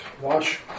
watch